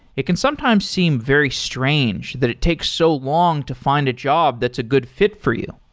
it can sometimes seem very strange that it takes so long to find a job that's a good fit for you.